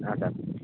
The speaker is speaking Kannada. ಹಾಂ ಸರ್